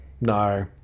no